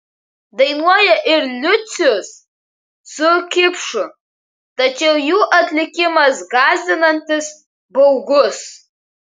dainuoja ir liucius su kipšu tačiau jų atlikimas gąsdinantis baugus